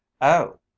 Oh